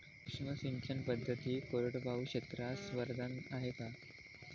सूक्ष्म सिंचन पद्धती कोरडवाहू क्षेत्रास वरदान आहे का?